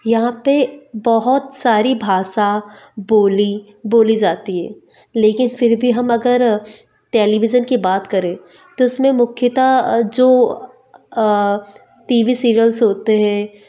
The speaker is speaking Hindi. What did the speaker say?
यहाँ पर बहुत सारी भाषा बोली बोली जाती है लेकिन फिर भी हम अगर टेलीविज़न की बात करें तो उसमें मुख्यत जो टी वी सीरियल्स होते हैं